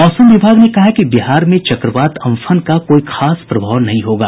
मौसम विभाग ने कहा है कि बिहार में चक्रवात अम्फन का कोई खास प्रभाव नहीं होगा